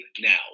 now